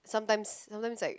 sometimes sometimes like